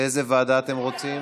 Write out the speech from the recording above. לאיזו ועדה אתם רוצים?